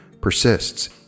persists